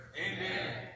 Amen